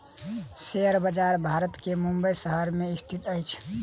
share बजार भारत के मुंबई शहर में स्थित अछि